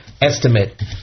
estimate